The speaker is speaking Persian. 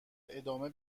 ادامه